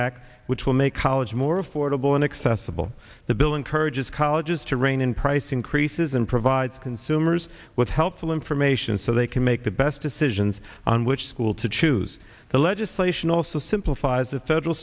act which will make college more affordable and accessible the bill encourages colleges to rein in price increases and provide consumers with helpful information so they can make the best decisions on which school to choose the legislation also simplifies the federal